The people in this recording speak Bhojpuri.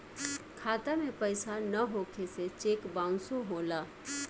खाता में पइसा ना होखे से चेक बाउंसो होला